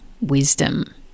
wisdom